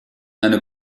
eine